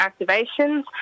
activations